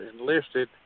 enlisted